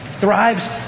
thrives